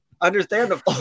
Understandable